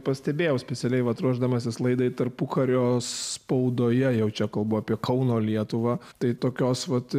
pastebėjau specialiai vat ruošdamasis laidai tarpukario spaudoje jau čia kalbu apie kauno lietuvą tai tokios pat